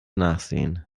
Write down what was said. nachsehen